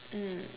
mm